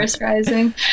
rising